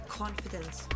confidence